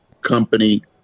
company